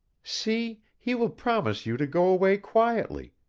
see, he will promise you to go away quietly,